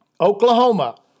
Oklahoma